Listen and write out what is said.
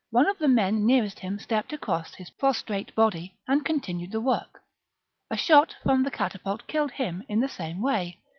one of the men nearest him stepped across his pros trate body and continued the work a shot from the catapult killed him in the same way,